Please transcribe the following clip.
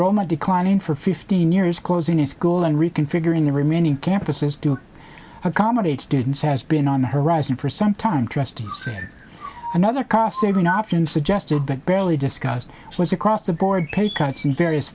enroll my declining for fifteen years closing in school and reconfiguring the remaining campuses do accommodate students has been on the horizon for some time trustees another cost saving option suggested but barely discussed was across the board pay cuts in various